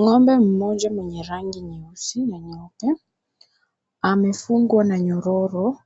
Ngombe mmoja mwenye rangi nyeusi na nyeupe amefungwa na nyororo,